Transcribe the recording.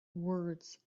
words